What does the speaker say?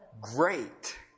Great